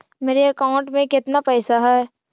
मेरे अकाउंट में केतना पैसा है?